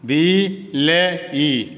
ବିଲେଇ